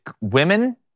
women